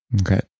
Okay